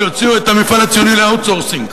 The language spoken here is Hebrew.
שיוציאו את המפעל הציוני ל-outsourcing.